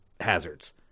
hazards